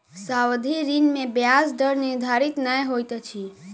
सावधि ऋण में ब्याज दर निर्धारित नै होइत अछि